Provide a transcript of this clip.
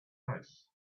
nice